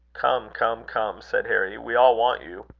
come, come, come, said harry we all want you.